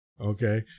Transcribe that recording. Okay